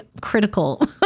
critical